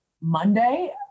Monday